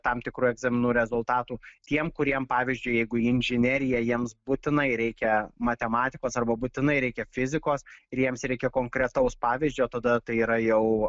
tam tikrų egzaminų rezultatų tiems kuriems pavyzdžiui jeigu inžinerija jiems būtinai reikia matematikos arba būtinai reikia fizikos ir jiems reikia konkretaus pavyzdžio tada tai yra jau